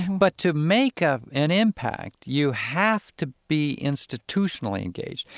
but to make ah an impact, you have to be institutionally engaged.